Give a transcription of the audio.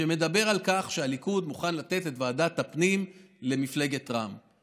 שמדבר על כך שהליכוד מוכן לתת את ועדת הפנים למפלגת רע"מ.